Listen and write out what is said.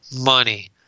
money